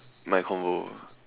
my convo